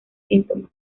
síntomas